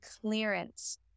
clearance